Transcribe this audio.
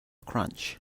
crunch